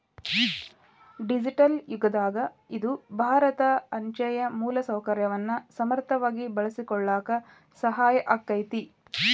digital ಯುಗದಾಗ ಇದು ಭಾರತ ಅಂಚೆಯ ಮೂಲಸೌಕರ್ಯವನ್ನ ಸಮರ್ಥವಾಗಿ ಬಳಸಿಕೊಳ್ಳಾಕ ಸಹಾಯ ಆಕ್ಕೆತಿ